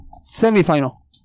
Semi-final